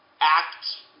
act